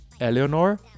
eleanor